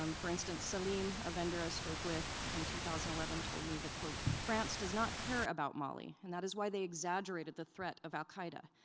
um for instance, salim, a vendor i spoke with in two thousand and eleven told me that, france does not care about mali, and that is why they exaggerated the threat of al qaeda.